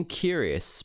curious